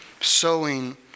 sowing